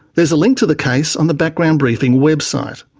there's a link to the case on the background briefing website.